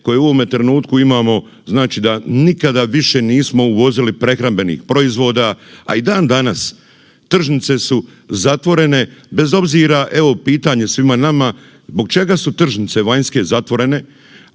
koje u ovome trenutku imamo znači da nikada više nismo uvozili prehrambenih proizvoda, a i dan danas tržnice su zatvorene bez obzira, evo pitanje svima nama, zbog čega su tržnice vanjske zatvore,